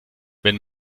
wenn